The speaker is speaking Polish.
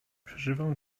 przeżywam